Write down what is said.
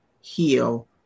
heal